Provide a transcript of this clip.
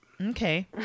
Okay